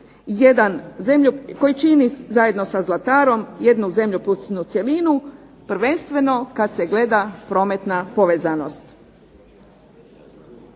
koji čini zajedno sa Zlatarom jednu zemljopisnu cjelinu, prvenstveno kad se gleda prometna povezanost.